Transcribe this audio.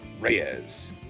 Reyes